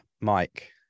Mike